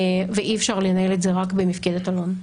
ואי אפשר לנהל את זה רק במפקדת אלון.